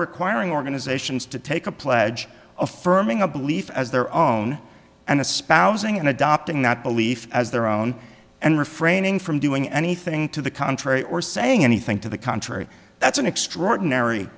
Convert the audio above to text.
requiring organizations to take a pledge affirming a belief as their own and espousing in adopting that belief as their own and refraining from doing anything to the contrary or saying anything to the contrary that's an extraordinary